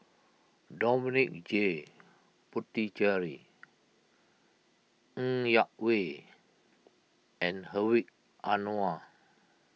Dominic J Puthucheary Ng Yak Whee and Hedwig Anuar